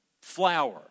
flower